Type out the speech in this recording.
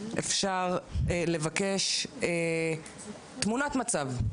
אפשר לבקש תמונת מצב?